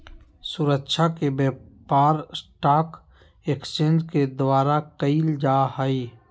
सुरक्षा के व्यापार स्टाक एक्सचेंज के द्वारा क़इल जा हइ